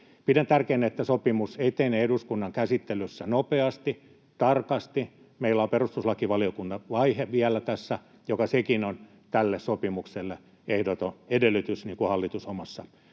Pidän tärkeänä, että sopimus etenee eduskunnan käsittelyssä nopeasti, tarkasti. Meillä on perustuslakivaliokuntavaihe vielä tässä, joka sekin on tälle sopimukselle ehdoton edellytys, niin kuin hallitus omassa